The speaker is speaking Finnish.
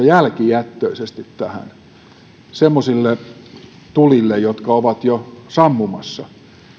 jälkijättöisesti tähän semmoisille tulille jotka ovat jo sammumassa